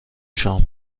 شام